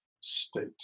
state